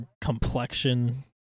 complexion